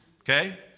Okay